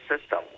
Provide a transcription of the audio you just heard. system